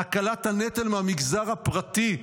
הקלת הנטל מהמגזר הפרטי,